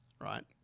Right